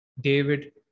David